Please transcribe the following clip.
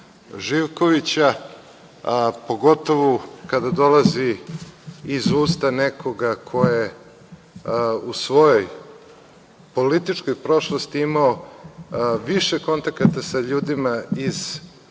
Živkovića, a pogotovo kada dolazi iz usta nekoga ko je u svojoj političkoj prošlosti imao više kontakata sa ljudima iz